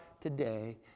today